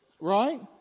Right